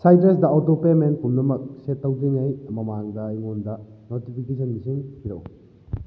ꯁꯥꯏꯇ꯭ꯔꯁꯇ auto payment ꯄꯨꯝꯅꯃꯛ set ꯇꯧꯗ꯭ꯔꯤꯉꯩ ꯃꯃꯥꯡꯗ ꯑꯩꯉꯣꯟꯗ ꯅꯣꯇꯤꯐꯤꯀꯦꯁꯟꯁꯤꯡ ꯄꯤꯔꯛꯎ